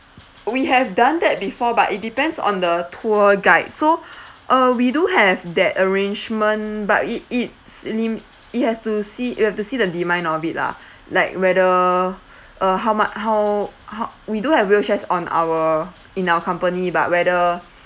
we have done that before but it depends on the tour guide so uh we do have that arrangement but it it's lim~ it has to see you have to see the demand of it lah like whether uh how muc~ how h~ we do have wheelchairs on our in our company but whether